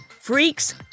freaks